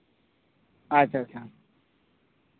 ᱟᱪᱪᱷᱟ ᱟᱪᱪᱷᱟ